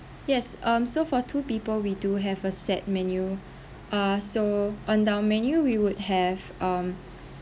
yes um so for two people we do have a set menu uh so on our menu we would have um